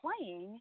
playing